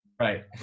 Right